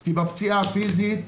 כי בפציעה הפיזית,